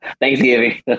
Thanksgiving